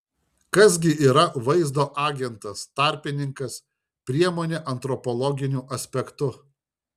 kas gi yra vaizdo agentas tarpininkas priemonė antropologiniu aspektu